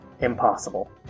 Impossible